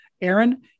Aaron